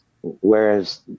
Whereas